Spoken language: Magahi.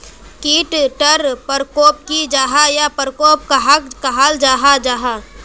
कीट टर परकोप की जाहा या परकोप कहाक कहाल जाहा जाहा?